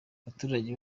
baturage